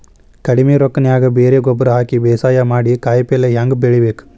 ಕಡಿಮಿ ರೊಕ್ಕನ್ಯಾಗ ಬರೇ ಗೊಬ್ಬರ ಹಾಕಿ ಬೇಸಾಯ ಮಾಡಿ, ಕಾಯಿಪಲ್ಯ ಹ್ಯಾಂಗ್ ಬೆಳಿಬೇಕ್?